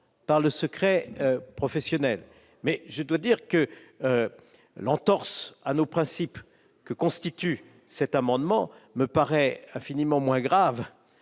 par le secret professionnel. Cela dit, je dois dire que l'entorse à nos principes que constituerait cette disposition me paraît infiniment moins grave